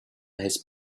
his